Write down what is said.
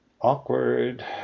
Awkward